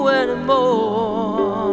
anymore